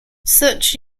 such